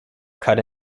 cut